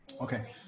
okay